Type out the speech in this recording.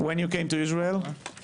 כאשר ביקשתי מהמורה לחזור על